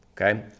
Okay